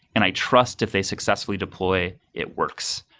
and i trust if they successfully deploy, it works.